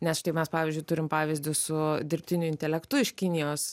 nes štai mes pavyzdžiui turim pavyzdį su dirbtiniu intelektu iš kinijos